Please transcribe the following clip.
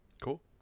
cool